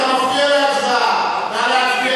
אתה מפריע להצבעה.